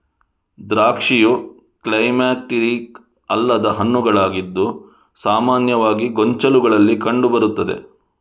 ದ್ರಾಕ್ಷಿಯು ಕ್ಲೈಮ್ಯಾಕ್ಟೀರಿಕ್ ಅಲ್ಲದ ಹಣ್ಣುಗಳಾಗಿದ್ದು ಸಾಮಾನ್ಯವಾಗಿ ಗೊಂಚಲುಗಳಲ್ಲಿ ಕಂಡು ಬರುತ್ತದೆ